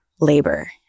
labor